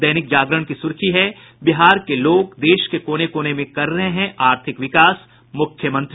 दैनिक जागरण की सुर्खी है बिहार के लोग देश के कोने कोने में कर रहे हैं आर्थिक विकास मुख्यमंत्री